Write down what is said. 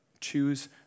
Choose